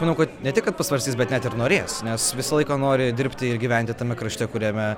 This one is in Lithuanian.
manau kad ne tik kad pasvarstys bet net ir norės nes visą laiką nori dirbti ir gyventi tame krašte kuriame